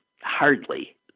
hardly